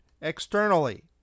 externally